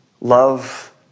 love